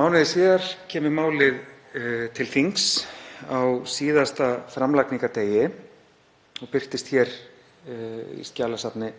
Mánuði síðar kemur málið til þings á síðasta framlagningardegi og birtist hér í skjalasafni